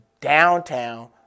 downtown